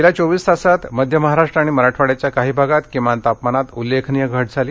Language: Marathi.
गेल्या चोवीस तासांत मध्य महाराष्ट्र आणि मराठवाड्याच्या काही भागात किमान तापमानात उल्लेखनीय घट झाली